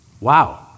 Wow